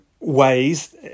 ways